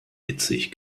witzig